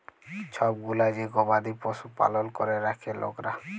ছব গুলা যে গবাদি পশু পালল ক্যরে রাখ্যে লকরা